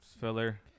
filler